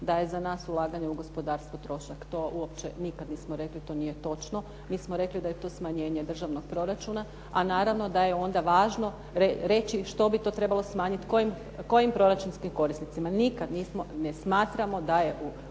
da je za nas ulaganje u gospodarstvo trošak. To uopće nikada nismo rekli. To nije točno. Mi smo rekli da je to smanjenje državnog proračuna, a naravno da je onda važno reći što bi to trebalo smanjiti, kojim proračunskim korisnicima. Nikada nismo, ne smatramo da je u